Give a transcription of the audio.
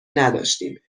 نداشتیم